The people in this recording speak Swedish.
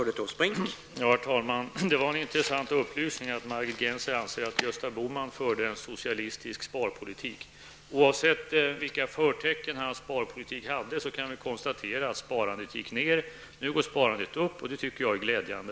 Herr talman! Det var en intressant upplysning att Margit Gennser anser att Gösta Bohman förde en socialistisk sparpolitik. Oavsett vilka förtecken hans sparpolitik hade kan vi konstatera att sparandet då gick ned. Nu går sparandet upp, och det tycker jag är glädjande.